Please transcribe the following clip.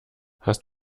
hast